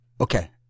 okay